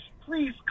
Please